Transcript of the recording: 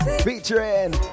featuring